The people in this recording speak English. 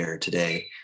today